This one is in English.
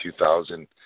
2000